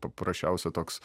paprasčiausia toks